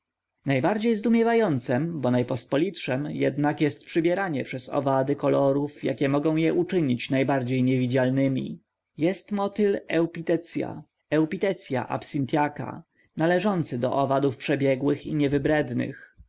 najbardziej zdumiewającem bo najpospolitszem jednak jest przybieranie przez owady kolorów jakie mogą je uczynić najbardziej nie widzialnemi jest motyl eupitecya eupithecia absinthiaca należący do owadów przebiegłych i niewybrednych w